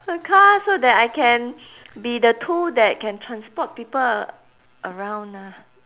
a car so that I can be the tool that can transport people a~ around ah